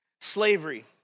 Slavery